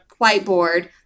whiteboard